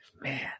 Man